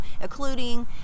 including